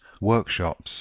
workshops